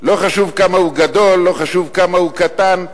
לא חשוב כמה הוא גדול, לא חשוב כמה הוא קטן.